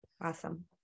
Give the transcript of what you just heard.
Awesome